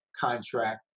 contract